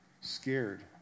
scared